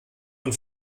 von